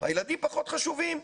הילדים פחות חשובים.